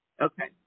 Okay